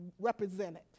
represented